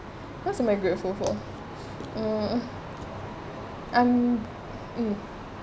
that's my grateful for um I'm mm